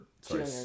sorry